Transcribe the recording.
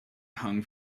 hung